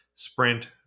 Sprint